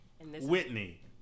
Whitney